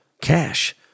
cash